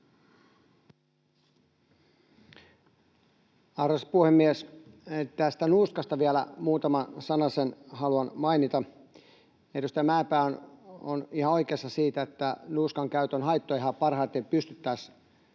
Arvoisa puhemies! Nuuskasta vielä muutaman sanasen haluan mainita: Edustaja Mäenpää on ihan oikeassa siitä, että nuuskan käytön haittojahan parhaiten pystyttäisiin